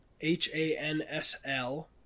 h-a-n-s-l